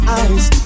eyes